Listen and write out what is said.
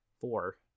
four